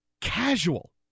casual